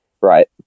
right